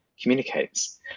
communicates